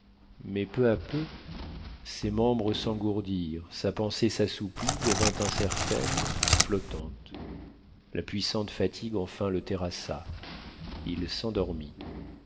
mais peu à peu ses membres s'engourdirent sa pensée s'assoupit devint incertaine flottante la puissante fatigue enfin le terrassa il s'endormit